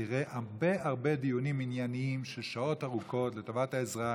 ותראה הרבה הרבה דיונים ענייניים של שעות ארוכות לטובת האזרח,